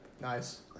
Nice